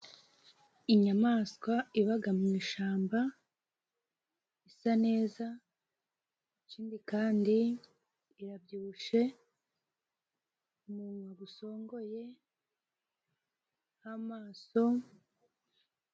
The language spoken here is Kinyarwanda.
Inyamaswa ibaga mu ishamba isa neza, ikindi kandi irabyibushe, umunwa gusongoye maso busongo n'amaso,